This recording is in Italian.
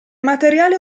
materiali